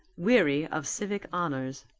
weary of civic honours.